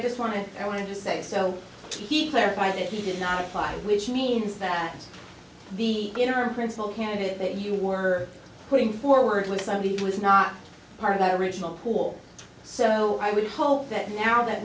just want to i want to say so he clarified that he did not lie which means that the inner principle candidate that you were putting forward with somebody who was not part of that original pool so i would hope that now that